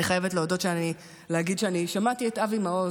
אני חייבת להגיד שאני שמעתי את אבי מעוז.